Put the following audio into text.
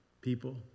people